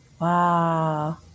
Wow